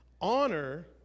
Honor